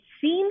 seems